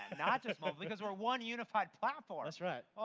not just mobile because we are one unified platform. that's right.